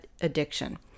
addiction